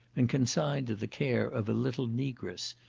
and consigned to the care of a little negress,